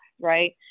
right